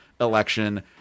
election